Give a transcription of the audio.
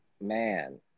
Man